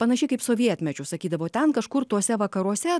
panašiai kaip sovietmečiu sakydavo ten kažkur tuose vakaruose